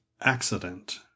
Accident